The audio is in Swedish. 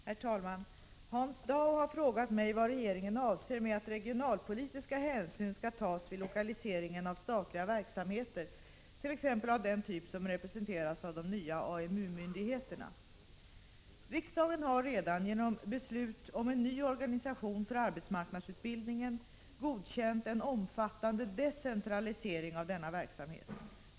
Herr talman! Hans Dau har frågat mig vad regeringen avser med att regionalpolitiska hänsyn skall tas vid lokaliseringen av statliga verksamheter, t.ex. av den typ som representeras av de nya AMU-myndigheterna. Riksdagen har redan genom beslut om en ny organisation för arbetsmarknadsutbildningen godkänt en omfattande decentralisering av denna verksamhet.